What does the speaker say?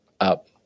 up